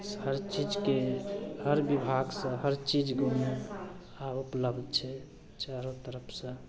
हर चीजके हर विभागसे हर चीज गाममे उपलब्ध चारू तरफसे